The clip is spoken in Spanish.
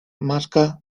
marca